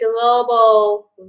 global